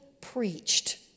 preached